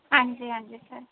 ਹਾਂਜੀ ਹਾਂਜੀ ਸਰ